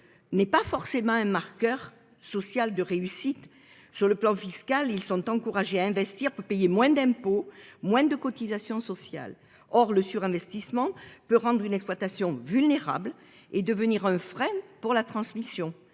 n'est pas forcément un marqueur social de réussite sur le plan fiscal ils sont encouragés à investir pour payer moins d'impôts, moins de cotisations sociales. Or le surinvestissement peut rendre une exploitation vulnérables et devenir un frein pour la transmission.